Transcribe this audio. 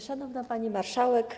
Szanowna Pani Marszałek!